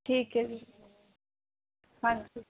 ਠੀਕ ਹੈ ਜੀ ਹਾਂਜੀ